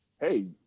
Hey